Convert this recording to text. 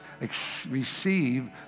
receive